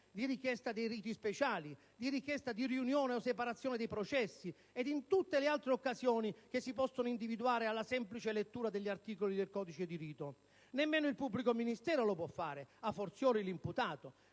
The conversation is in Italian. di richiesta dei riti speciali, di richiesta di riunione o di separazione dei processi, ed in tutte le altre occasioni che si possono individuare alla semplice lettura degli articoli del codice di rito. Nemmeno il pubblico ministero lo può fare, *a fortiori* l'imputato.